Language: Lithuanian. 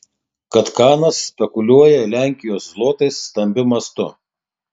kad kanas spekuliuoja lenkijos zlotais stambiu mastu